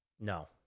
no